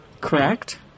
correct